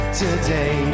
today